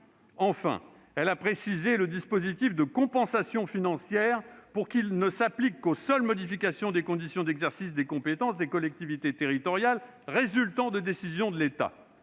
elle a précisé le dispositif de compensation financière pour qu'il ne s'applique qu'aux seules modifications des conditions d'exercice des compétences des collectivités territoriales résultant de décisions de l'État.